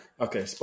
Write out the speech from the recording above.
Okay